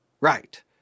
Right